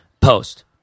post